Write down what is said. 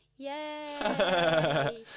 Yay